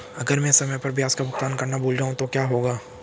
अगर मैं समय पर ब्याज का भुगतान करना भूल जाऊं तो क्या होगा?